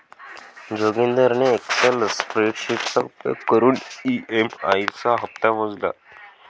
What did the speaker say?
जोगिंदरने एक्सल स्प्रेडशीटचा उपयोग करून ई.एम.आई चा हप्ता मोजला